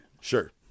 sure